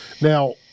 Now